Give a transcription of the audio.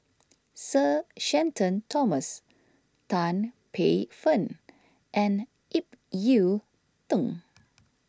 Sir Shenton Thomas Tan Paey Fern and Ip Yiu Tung